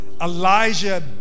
Elijah